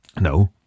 No